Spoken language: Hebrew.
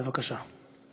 בבקשה.